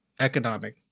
economic